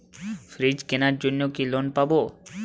Fridge কেনার জন্য কি লোন পাব?